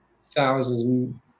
thousands